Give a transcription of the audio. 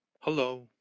hello